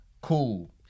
cool